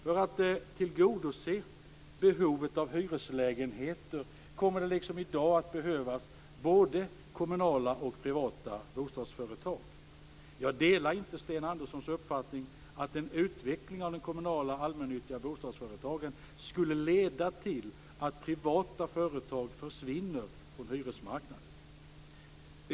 För att tillgodose behovet av hyreslägenheter kommer det liksom i dag att behövas både kommunala och privata bostadsföretag. Jag delar inte Sten Anderssons uppfattning att en utveckling av de kommunala allmännyttiga bostadsföretagen skulle leda till att privata företag försvinner från hyresmarknaden.